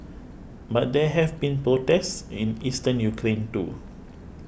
but there have been protests in Eastern Ukraine too